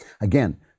Again